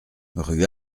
rue